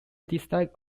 dislike